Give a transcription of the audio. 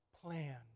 plan